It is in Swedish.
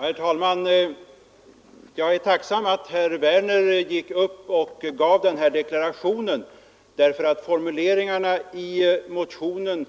Herr talman! Jag är tacksam över att herr Werner avgav den här deklarationen. Formuleringarna i motionen